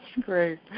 great